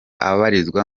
abarizwa